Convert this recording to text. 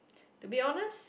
to be honest